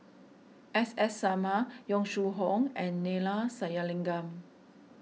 S S Sarma Yong Shu Hoong and Neila Sathyalingam